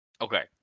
okay